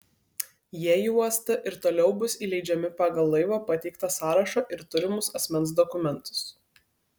jie į uostą ir toliau bus įleidžiami pagal laivo pateiktą sąrašą ir turimus asmens dokumentus